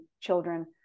children